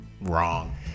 Wrong